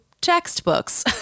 textbooks